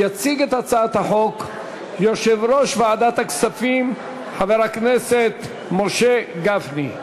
יציג את הצעת החוק יושב-ראש ועדת הכספים חבר הכנסת משה גפני.